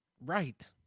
Right